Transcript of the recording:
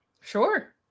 Sure